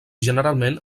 generalment